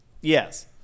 Yes